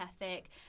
ethic